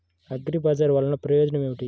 అగ్రిబజార్ వల్లన ప్రయోజనం ఏమిటీ?